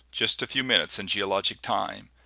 just a few minutes in geologic time,